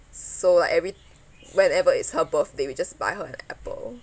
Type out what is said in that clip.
so like every whenever it's her birthday we just buy her an apple